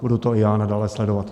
Budu to i já nadále sledovat.